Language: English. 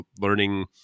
learning